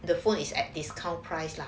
the phone is at discount price lah